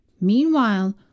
meanwhile